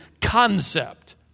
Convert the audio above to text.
concept